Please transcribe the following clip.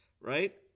right